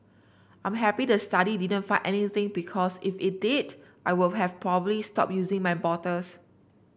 I'm happy the study didn't find anything because if it did I would have probably stop using my bottles